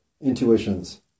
intuitions